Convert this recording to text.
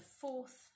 fourth